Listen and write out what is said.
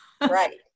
right